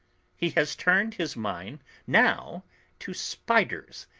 he has turned his mind now to spiders,